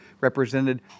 represented